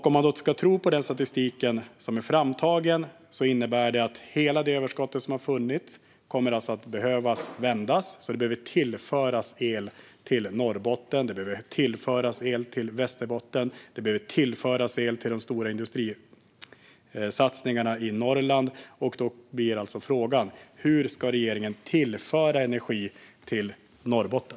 Om vi ska tro på den statistik som är framtagen innebär det att hela det överskott som har funnits kommer att behöva vändas. Det kommer att behöva tillföras el till Norrbotten. Det kommer att behöva tillföras el till Västerbotten. Det kommer att behöva tillföras el till de stora industrisatsningarna i Norrland. Då blir frågan: Hur ska regeringen tillföra energi till Norrbotten?